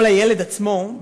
או לילד עצמו,